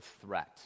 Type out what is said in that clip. threat